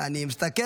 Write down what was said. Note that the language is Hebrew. אני מסתכל